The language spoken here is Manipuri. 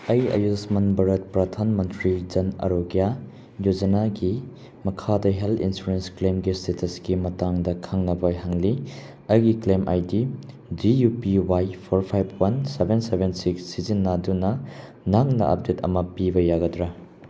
ꯑꯩ ꯑꯌꯨꯁꯃꯥꯟ ꯚꯥꯔꯠ ꯄ꯭ꯔꯙꯥꯟ ꯃꯟꯇ꯭ꯔꯤ ꯖꯟ ꯑꯔꯣꯒ꯭ꯌꯥ ꯌꯣꯖꯅꯥꯒꯤ ꯃꯈꯥꯗ ꯍꯦꯜ ꯏꯟꯁꯨꯔꯦꯟ ꯀ꯭ꯦꯝꯒꯤ ꯏꯁꯇꯦꯇꯁꯀꯤ ꯃꯇꯥꯡꯗ ꯈꯪꯅꯕ ꯍꯪꯂꯤ ꯑꯩꯒꯤ claim I D G U P Y four five one seven seven six ꯁꯤꯖꯤꯟꯅꯗꯨꯅ ꯅꯍꯥꯛꯅ ꯑꯞꯗꯦꯠ ꯑꯃ ꯄꯤꯕ ꯌꯥꯒꯗ꯭ꯔ